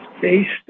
based